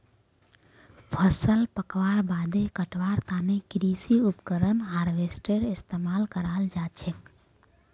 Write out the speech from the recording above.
फसल पकवार बादे कटवार तने कृषि उपकरण हार्वेस्टरेर इस्तेमाल कराल जाछेक